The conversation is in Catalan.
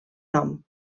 nom